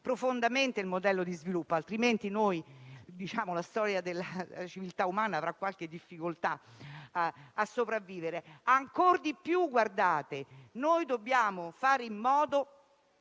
profondamente il modello di sviluppo (altrimenti la storia della civiltà umana avrà qualche difficoltà a sopravvivere), oggi ancor di più dobbiamo fare in modo